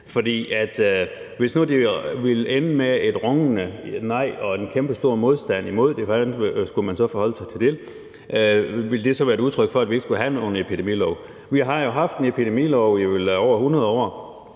hvis nu det endte med et rungende nej og en kæmpestor modstand imod den, hvordan skulle man så forholde sig til det? Ville det så være et udtryk for, at vi ikke skulle have nogen epidemilov? Vi har jo haft en epidemilov i over 100 år,